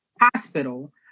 hospital